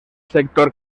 sector